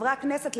לחברי הכנסת,